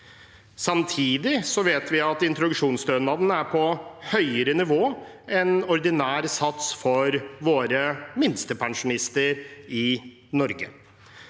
Samtidig vet vi at introduksjonsstønaden er på høyere nivå enn ordinær sats for våre minstepensjonister i Norge.